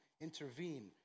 intervene